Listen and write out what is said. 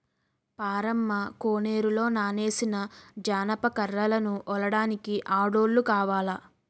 పారమ్మ కోనేరులో నానేసిన జనప కర్రలను ఒలడానికి ఆడోల్లు కావాల